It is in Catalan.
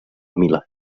milà